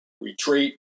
retreat